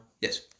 Yes